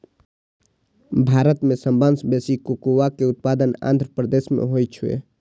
भारत मे सबसं बेसी कोकोआ के उत्पादन आंध्र प्रदेश मे होइ छै